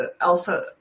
Elsa